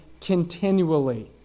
continually